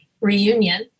reunion